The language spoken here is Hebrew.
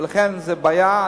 ולכן זאת בעיה.